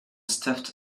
stuffed